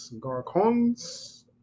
Garcons